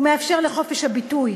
הוא מאפשר לחופש הביטוי,